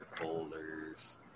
folders